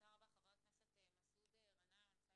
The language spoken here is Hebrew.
תודה רבה, חבר הכנסת מסעוד גנאים.